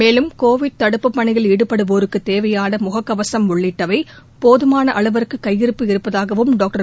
மேலும் கோவிட் தடுப்பு பணியில் ஈடுபடுவோருக்கு தேவையான முகக்கவசம் உள்ளிட்டவை போதுமான அளவிற்கு கையிருப்பு இருப்பதாகவும் டாக்டர்